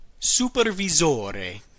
Supervisore